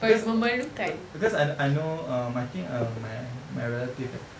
because because I know err I think err my my relative eh